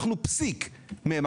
אנחנו פסיק מהם.